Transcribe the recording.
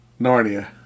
Narnia